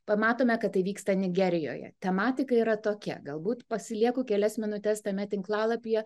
pamatome kad tai vyksta nigerijoje tematika yra tokia galbūt pasilieku kelias minutes tame tinklalapyje